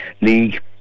League